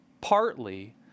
partly